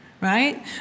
right